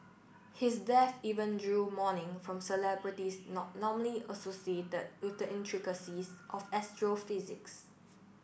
his death even drew mourning from celebrities not normally associated with the intricacies of astrophysics